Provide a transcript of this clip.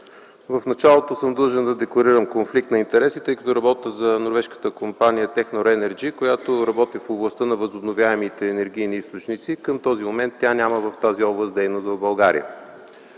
В началото съм длъжен да декларирам конфликт на интереси, тъй като работя за норвежката компания „Техно Енерджи”, която работи в областта на възобновяемите енергийни източници. Към този момент тя няма дейност в тази област в България.